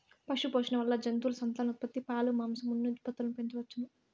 పశుపోషణ వల్ల జంతువుల సంతానోత్పత్తి, పాలు, మాంసం, ఉన్ని ఉత్పత్తులను పెంచవచ్చును